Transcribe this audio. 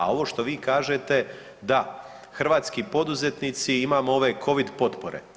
A ovo što vi kažete da hrvatski poduzetnici imamo ove covid potpore.